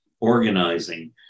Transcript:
organizing